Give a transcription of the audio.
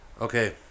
okay